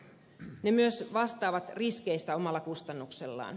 ne myös vastaavat riskeistä omalla kustannuksellaan